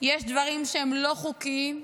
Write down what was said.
יש דברים שהם לא חוקיים,